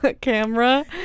camera